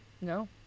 no